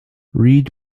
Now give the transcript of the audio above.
reed